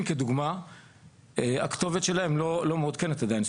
כדוגמא הכתובת שלהם לא מעודכנת עדיין,